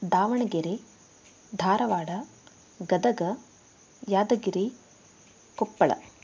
Davanagere Dharwad Gadag Yadgir Koppal